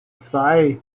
zwei